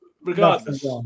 regardless –